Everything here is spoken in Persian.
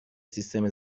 سیستم